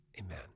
Amen